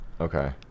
okay